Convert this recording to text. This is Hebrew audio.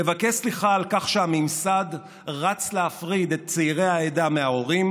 לבקש מהם סליחה על כך שהממסד רץ להפריד את צעירי העדה מההורים,